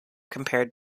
compared